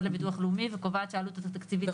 לביטוח לאומי וקובעת שהעלות התקציבית היא 4.1 מיליון שקל.